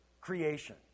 creation